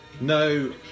No